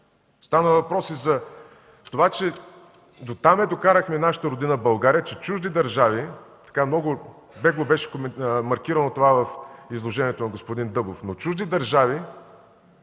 Стана въпрос за това, че дотам докарахме нашата родина България, че чужди държави – много бегло беше коментирано това в изложението на господин Дъбов, но чужди държави